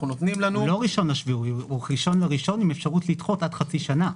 הוא לא 1.7, הוא 1.1 עם אפשרות לדחות עד חצי שנה.